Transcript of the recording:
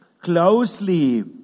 closely